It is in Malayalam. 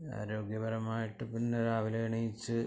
ആരോഗ്യപരമായിട്ട് പിന്നെ രാവിലെ എഴുനേറ്റ്